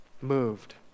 Moved